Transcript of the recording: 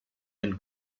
and